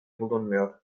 bulunmuyor